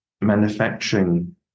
manufacturing